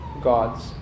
gods